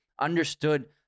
understood